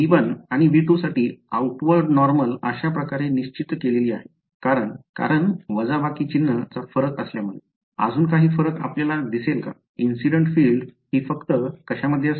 V1 आणि V2 साठी outward normal अशा प्रकारे निश्चित केलेली आहे कारण कारण वजाबाकी चिन्ह चा फरक असल्यामुळे अजून काही फरक आपल्याला दिसले का incident filed हि फक्त कशामध्ये असते